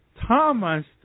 Thomas